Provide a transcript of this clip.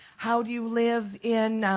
how do you live in